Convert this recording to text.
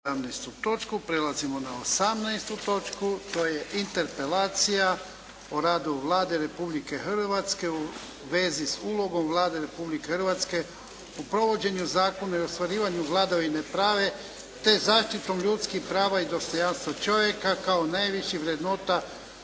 (HDZ)** Prelazimo na 18. točku: - Interpelacija o radu Vlade Republike Hrvatske u vezi s ulogom Vlade Republike Hrvatske u provođenju zakona i ostvarivanju vladavine prava te zaštitom ljudskih prava i dostojanstva čovjeka, kao najviših vrednota